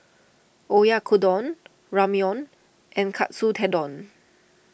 Oyakodon Ramyeon and Katsu Tendon